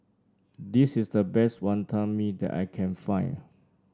this is the best Wantan Mee that I can find